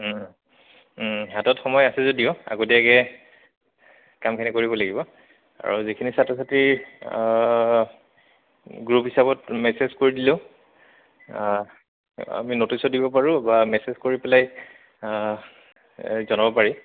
হাতত সময় আছে যদিও আগতীয়াকৈ কামখিনি কৰিব লাগিব আৰু যিখিনি ছাত্ৰ ছাত্ৰী গ্ৰুপ হিচাপত মেছেজ কৰি দিলেও আমি নটিচো দিব পাৰোঁ বা মেছেজ কৰি পেলাই জনাব পাৰি